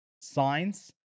Signs